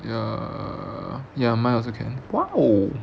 err ya mine also can !wow!